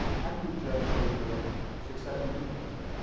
how do you judge your success in doing that so